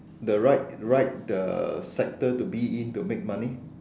the right right the sector to be in to make money